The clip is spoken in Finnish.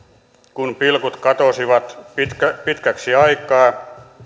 kun pilkut katosivat pitkäksi aikaa